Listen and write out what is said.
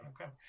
Okay